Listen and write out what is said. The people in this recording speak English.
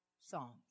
songs